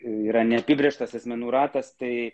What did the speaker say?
yra neapibrėžtas asmenų ratas tai